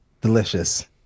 delicious